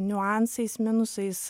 niuansais minusais